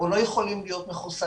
או לא יכולים להיות מחוסנים.